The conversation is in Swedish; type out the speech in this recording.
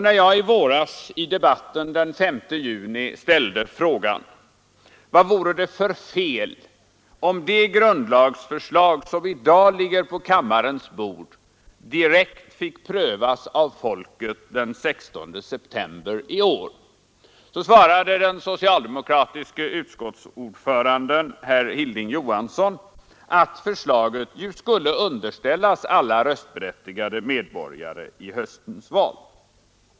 När jag i debatten den 5 juni ställde frågan: ”Vad vore det för fel om det grundlagsförslag som i dag ligger på kammarens bord direkt fick prövas av folket den 16 september i år?”, svarade den socialdemokratiske utskottsordföranden herr Hilding Johansson att förslaget skulle underställas alla röstberättigade medborgare i höstens val.